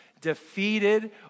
defeated